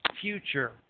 future